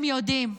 הם יודעים,